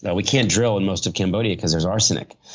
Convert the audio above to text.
but we can't drill in most of cambodia because there's arsenic.